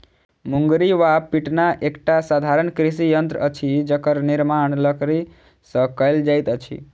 मुंगरी वा पिटना एकटा साधारण कृषि यंत्र अछि जकर निर्माण लकड़ीसँ कयल जाइत अछि